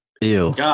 ew